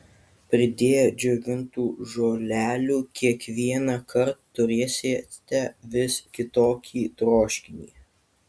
pridėję džiovintų žolelių kiekvienąkart turėsite vis kitokį troškinį